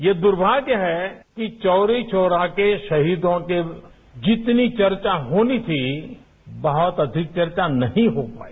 ये दुर्भाग्य है कि चौरी चौरा के शहीदों की जितनी चर्चा होनी थी बहुत अधिक चर्चा नहीं हो पाई